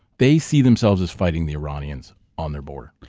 they see themselves as fighting the iranians on their boarder.